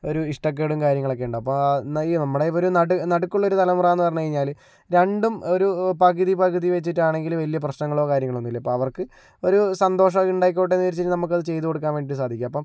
ഒരു ഇഷ്ടക്കേടും കാര്യങ്ങളൊക്കെ ഉണ്ടാകും അപ്പോൾ നമ്മുടെ ഇവര് നടുക്കുള്ള ഒരു തലമുറ എന്ന് പറഞ്ഞു കഴിഞ്ഞാല് രണ്ടും ഒരു പകുതി പകുതി വെച്ചിട്ടാണെങ്കിൽ വലിയ പ്രശ്നങ്ങളോ കാര്യങ്ങളോ ഒന്നുമില്ല ഇപ്പോൾ അവർക്ക് ഒരു സന്തോഷം ഉണ്ടായിക്കോട്ടെ എന്ന് വിചാരിച്ചിട്ട് നമ്മൾക്കത് ചെയ്തു കൊടുക്കാൻ വേണ്ടിയിട്ട് സാധിക്കും അപ്പോൾ